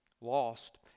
Lost